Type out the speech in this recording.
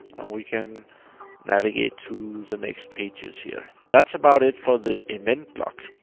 we can navigate to the next pages here. that's about it for the event log.